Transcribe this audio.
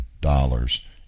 dollars